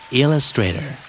illustrator